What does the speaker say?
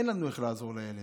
אין לנו איך לעזור לילד,